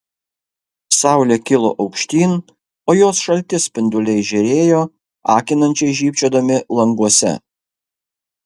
saulė kilo aukštyn o jos šalti spinduliai žėrėjo akinančiai žybčiodami languose